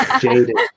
jaded